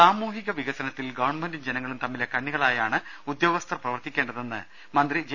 സാമൂഹിക വികസനത്തിൽ ഗവൺമെന്റും ജനങ്ങളും തമ്മിലെ കണ്ണികളായാണ് ഉദ്യോഗസ്ഥർ പ്രവർത്തിക്കേണ്ടതെന്ന് മന്ത്രി ജെ